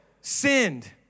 sinned